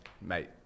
mate